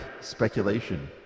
speculation